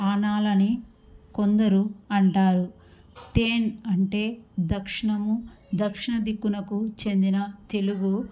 ఆనాలని కొందరు అంటారు తేన్ అంటే దక్షణము దక్షణ దిక్కునకు చెందిన తెలుగు